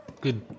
Good